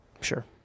sure